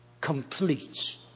completes